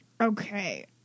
Okay